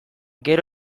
gero